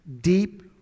deep